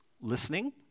listening